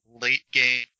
late-game